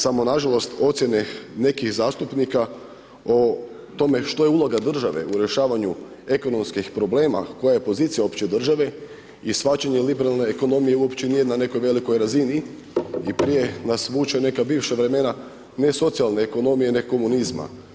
Samo nažalost nekih zastupnika o tome što je uloga države u rješavanju ekonomskih problema, koja je pozicija opće države i shvaćanje liberalne ekonomije uopće nije na nekoj velikoj razini i prije nas vuče u neka bivša vremena ne socijalne ekonomije nego komunizma.